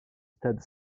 stade